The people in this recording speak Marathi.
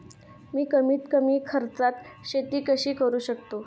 मी कमीत कमी खर्चात शेती कशी करू शकतो?